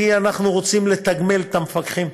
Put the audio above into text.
כי אנחנו רוצים לתגמל את המפקחים,